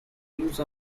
use